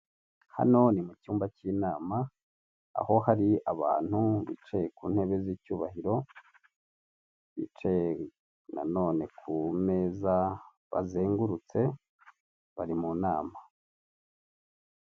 Hano ni mu cyumba cy'inama, aho hari abantu bicaye ku ntebe z'icyubahiro, bicaye na none ku meza, bazengurutse, bari mu nama.